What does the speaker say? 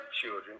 children